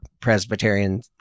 Presbyterian